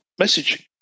messaging